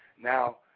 Now